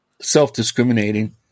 self-discriminating